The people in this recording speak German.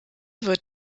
wird